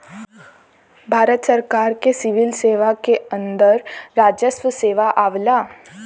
भारत सरकार के सिविल सेवा के अंदर राजस्व सेवा आवला